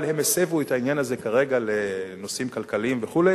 אבל הם הסבו את העניין הזה כרגע לנושאים כלכליים וכו'.